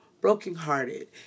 brokenhearted